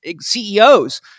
CEOs